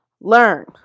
learn